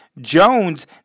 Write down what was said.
Jones